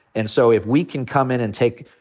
and so if we can come in and take,